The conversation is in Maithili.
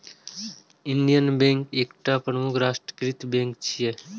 इंडियन बैंक एकटा प्रमुख राष्ट्रीयकृत बैंक छियै